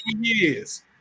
years